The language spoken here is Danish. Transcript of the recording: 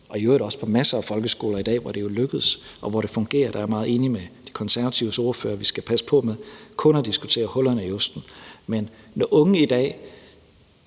og i øvrigt også på masser af folkeskoler i dag, hvor det er lykkedes, og hvor det fungerer. Der er jeg meget enig med De Konservatives ordfører. Vi skal passe på med kun at diskutere hullerne i osten. Men når unge i dag